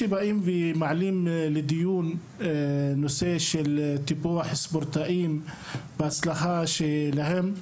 כאשר באים ומעלים לדיון נושא של טיפוח ספורטאים וההצלחה שלהם,